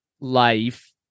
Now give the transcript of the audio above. life